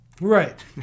Right